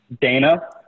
Dana